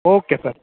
okay sir